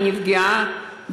היא נפגעה.